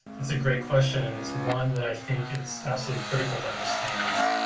that's a great question. and it's one that i think is absolutely critical to understand